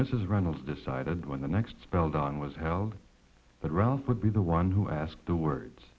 mrs runnels decided when the next spelled on was held but ralph would be the one who asked the words